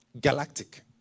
Galactic